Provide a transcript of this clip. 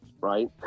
right